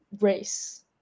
race